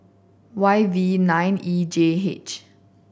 Y V nine E J H